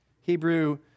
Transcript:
Hebrew